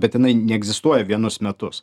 bet jinai neegzistuoja vienus metus